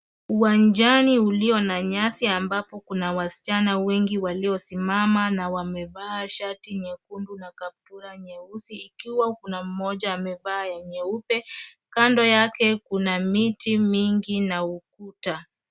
Uwanjani ulio na nyasi ambapo kuna wasichana wengi waliosimama na wamevaa shati nyekundu na kaptura nyeusi ikiwa kuna moja amevaa ya nyeupe, kando yake kuna miti mingi na ukuta.